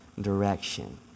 direction